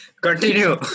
continue